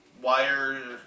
wire